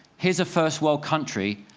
here's a first world country,